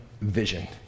vision